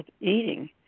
eating